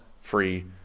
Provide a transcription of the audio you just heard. free